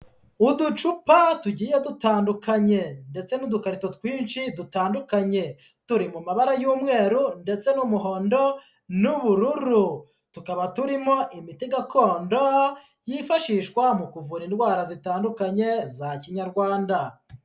Uducupa tugiye dutandukanye ndetse n'udukarito twinshi dutandukanye, turi mu mabara y'umweru ndetse n'umuhondo n'ubururu, tukaba turimo imiti gakondo yifashishwa mu kuvura indwara zitandukanye za kinyarwanda.